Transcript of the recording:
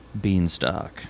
Beanstalk